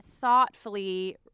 thoughtfully